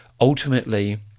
ultimately